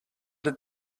did